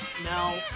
No